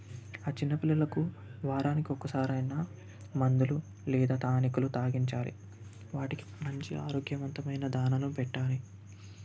ఆ చిన్నపిల్లలకు వారానికి ఒకసారి అయినా మందులు లేదా టానికులు తాగించాలి వాటికి మంచి ఆరోగ్యవంతమైన దాణను పెట్టాలి